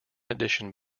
edition